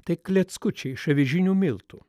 tai kleckučiai iš avižinių miltų